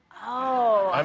oh.